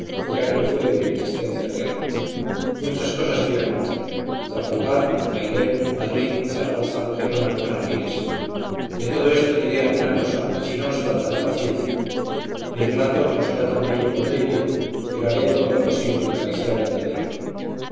ya que lo fue de mi existencia real muchas cosas voy a contar trafalgar bailén madrid zaragoza gerona arapiles de todo esto diré alguna cosa si no os falta la paciencia mi relato no será tan bello como debiera pero haré todo lo posible para que sea verdadero